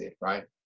right